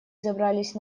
забрались